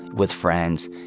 with friends.